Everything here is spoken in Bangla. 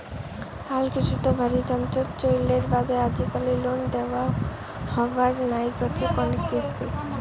হালকৃষিত ভারী যন্ত্রর চইলের বাদে আজিকালি লোন দ্যাওয়া হবার নাইগচে কণেক কিস্তিত